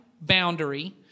boundary